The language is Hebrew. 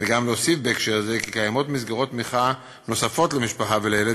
וגם להוסיף בהקשר זה כי קיימות מסגרות תמיכה נוספות למשפחה ולילד,